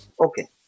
Okay